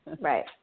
Right